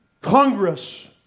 Congress